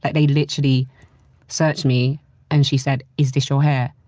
they literally searched me and she said, is this your hair?